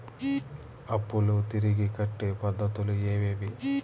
అప్పులు తిరిగి కట్టే పద్ధతులు ఏవేవి